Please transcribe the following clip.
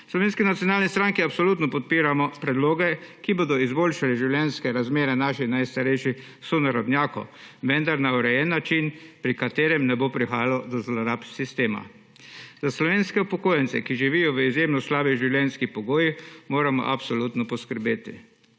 Slovenski nacionalni stranki absolutno podpiramo predloge, ki bodo izboljšali življenjske razmere naših najstarejših sonarodnjakov, vendar na urejen način, pri katerem ne bo prihajalo do zlorab sistema. Za slovenske upokojence, ki živijo v izjemno slabih življenjskih pogojih, moramo absolutno poskrbeti.